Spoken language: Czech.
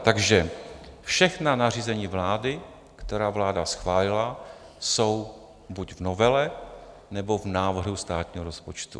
Takže všechna nařízení vlády, která vláda schválila, jsou buď v novele, nebo v návrhu státního rozpočtu.